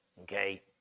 okay